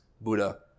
Buddha